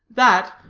that,